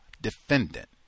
defendant